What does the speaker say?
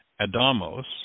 Adamos